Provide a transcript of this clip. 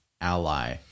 ally